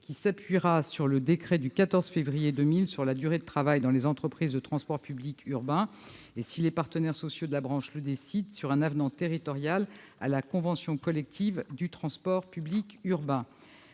qui s'appuiera sur le décret du 14 février 2000 sur la durée de travail dans les entreprises de transport public urbain et, si les partenaires sociaux de la branche en décident ainsi, sur un avenant territorial à la convention collective du transport public urbain.